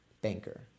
banker